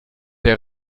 der